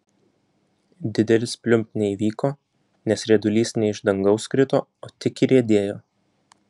didelis pliumpt neįvyko nes riedulys ne iš dangaus krito o tik įriedėjo